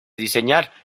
diseñar